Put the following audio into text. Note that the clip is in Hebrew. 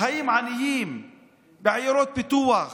עניים בעיירות פיתוח